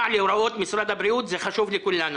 זה חשוב לכולנו.